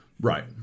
Right